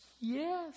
Yes